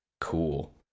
cool